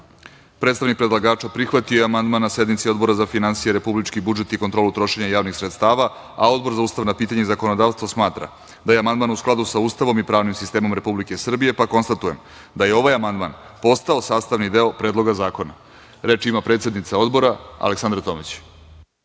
sredstava. Predstavnik predlagača prihvatio je amandman na sednici Odbora za finansije, republički budžet i kontrolu trošenja javnih sredstava, a Odbor za ustavna pitanja i zakonodavstvo smatra da je amandman u skladu sa Ustavom i pravnim sistemom Republike Srbije, pa konstatujem da je ovaj amandman postao sastavni deo Predloga zakona. Reč ima predsednica Odbora Aleksandra Tomić.